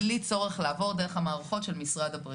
בלי צורך לעבור את המערכות של משרד הבריאות.